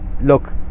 look